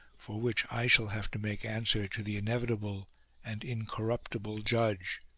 for which i shall have to make answer to the inevitable and in corruptible judge.